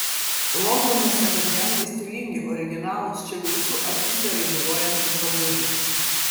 londono sekonhendai stilingi originalūs čia gausu akyse raibuliuojančių drabužių